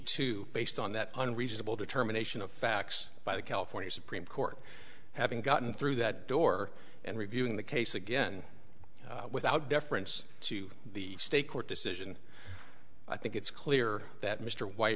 two based on that unreasonable determination of facts by the california supreme court having gotten through that door and reviewing the case again without deference to the state court decision i think it's clear that mr white